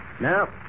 Now